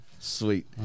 Sweet